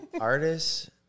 Artists